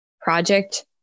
project